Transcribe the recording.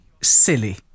silly